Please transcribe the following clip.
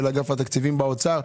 של אגף התקציבים באוצר.